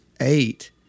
eight